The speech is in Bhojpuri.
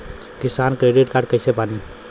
किसान क्रेडिट कार्ड कइसे बानी?